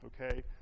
okay